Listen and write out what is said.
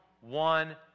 one